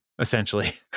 essentially